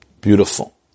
Beautiful